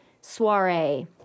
Soiree